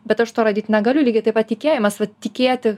bet aš to rodyti negaliu lygiai taip pat tikėjimas tikėti